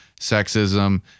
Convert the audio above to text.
sexism